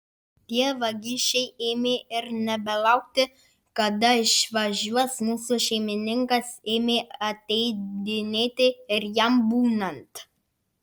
tie vagišiai ėmė ir nebelaukti kada išvažiuos mūsų šeimininkas ėmė ateidinėti ir jam būnant